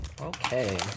Okay